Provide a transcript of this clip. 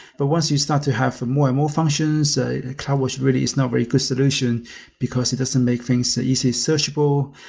but once you start to have more and more functions, ah cloud watch really is not very good solution because it doesn't make things so easy searchable.